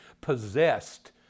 possessed